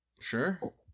Sure